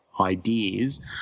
ideas